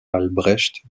albrecht